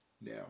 Now